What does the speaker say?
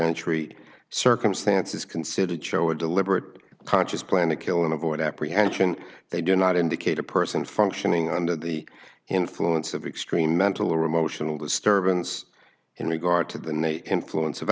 street circumstances considered show a deliberate conscious plan to kill and avoid apprehension they do not indicate a person functioning under the influence of extreme mental or emotional disturbance in regard to the new influence of